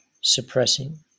suppressing